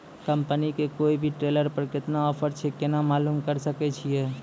Company के कोय भी ट्रेक्टर पर केतना ऑफर छै केना मालूम करऽ सके छियै?